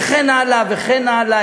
וכן הלאה וכן הלאה,